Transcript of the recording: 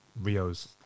Rio's